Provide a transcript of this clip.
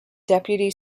deputy